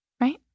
Right